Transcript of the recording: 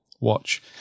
watch